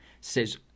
says